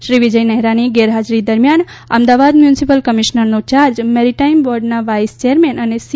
શ્રી વિજય નહેરાની ગેરહાજરી દરમિયાન અમદાવાદ મ્યુનિસિપલ કમિશ્નરનો યાર્જ મેરીટાઇમ બોર્ડના વાઇસ ચેરમેન અને સી